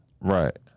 Right